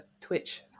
Twitch